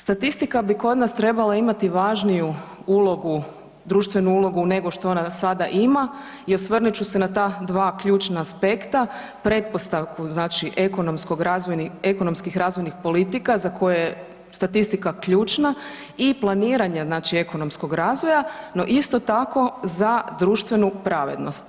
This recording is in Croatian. Statistika bi kod nas trebala imati važniju ulogu društvenu ulogu nego što ona sada ima i osvrnut ću se na ta dva ključna aspekta, pretpostavku ekonomskih razvojnih politika za koje je statistika ključna i planiranja ekonomskog razvoja, no isto tako za društvenu pravednost.